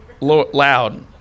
loud